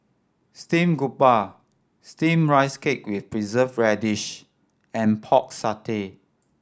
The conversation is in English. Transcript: steamed grouper Steamed Rice Cake with Preserved Radish and Pork Satay